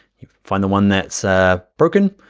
find the one that's ah broken,